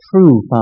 true